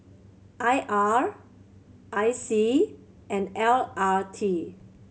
I R I C and L R T